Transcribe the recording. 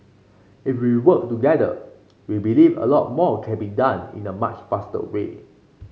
if we work together we believe a lot more can be done in a much faster way